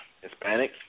Hispanic